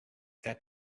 that